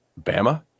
Bama